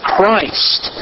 Christ